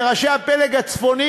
לראשי הפלג הצפוני,